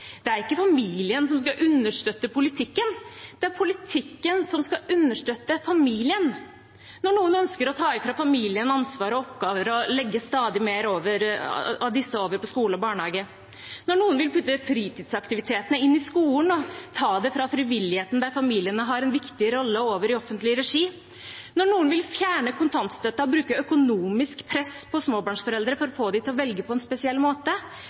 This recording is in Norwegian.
Det er ikke familien som skal understøtte politikken, det er politikken som skal understøtte familien. Når noen ønsker å ta fra familien ansvar og oppgaver og legge stadig flere av disse over på skole og barnehage, når noen vil putte fritidsaktivitetene inn i skolen og ta det fra frivilligheten, der familiene har en viktig rolle, og over i offentlig regi, når noen vil fjerne kontantstøtten og legge økonomisk press på småbarnsforeldre for å få dem til å velge på en spesiell måte,